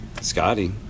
Scotty